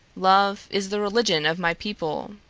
love is the religion of my people.